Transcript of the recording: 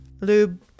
Lube